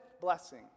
blessing